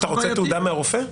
אתה רוצה תעודה מהרופא?